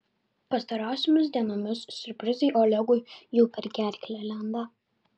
pastarosiomis dienomis siurprizai olegui jau per gerklę lenda